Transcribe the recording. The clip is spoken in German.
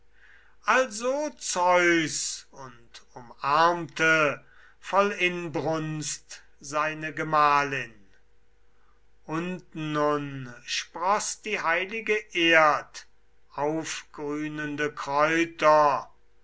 also zeus und umarmte voll inbrunst seine gemahlin unten nun sproß die heilige erd aufgrünende kräuter